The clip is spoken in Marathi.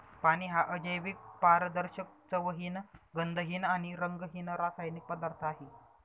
पाणी हा अजैविक, पारदर्शक, चवहीन, गंधहीन आणि रंगहीन रासायनिक पदार्थ आहे